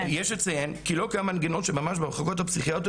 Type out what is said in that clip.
כי לא קם מנגנון של ממש במחלקות הפסיכיאטריות